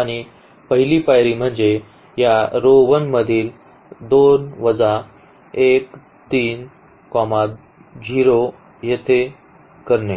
आणि पहिली पायरी म्हणजे या row 1 मधील 2 वजा 1 3 0 येथे करणे